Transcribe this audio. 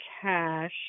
cash